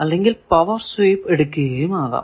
അല്ലെങ്കിൽ power sweep എടുക്കുകയും ആകാം